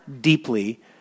deeply